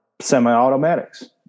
semi-automatics